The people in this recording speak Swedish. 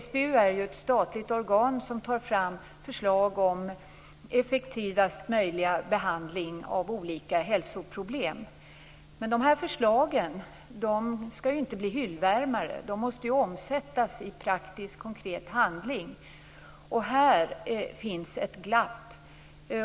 SBU är ett statligt organ som tar fram förslag om effektivast möjliga behandling av olika hälsoproblem. Men förslagen skall ju inte bli hyllvärmare - de måste omsättas i konkret, praktisk handling. Här finns ett glapp.